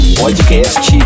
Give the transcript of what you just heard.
podcast